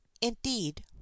indeed